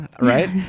right